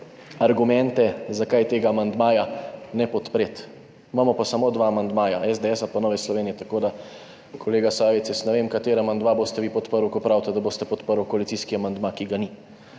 argumente, zakaj tega amandmaja ne podpreti. Imamo pa samo dva amandmaja – amandma SDS in Nove Slovenije, tako da kolega Sajovic, jaz ne vem, kateri amandma boste vi podprli, ko pravite, da boste podprli koalicijski amandma, ki ga ni.